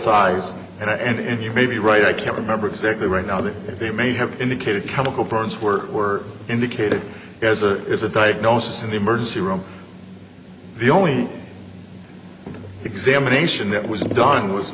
eyes and you may be right i can't remember exactly right now that they may have indicated chemical burns were were indicated as a is a diagnosis in the emergency room the only examination that was done was